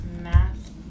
Math